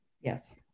Yes